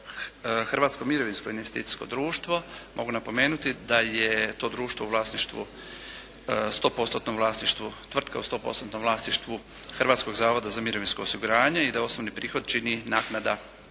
Hrvatsko mirovinsko investicijsko društvo mogu napomenuti da je to društvo u vlasništvu, stopostotnom vlasništvu tvrtke, u stopostotnom vlasništvu Hrvatskog zavoda za mirovinsko osiguranje i da osnovni prihod čini naknada